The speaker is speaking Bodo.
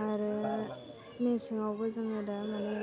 आरो मेसेङावबो जोङो दा माने